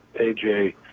AJ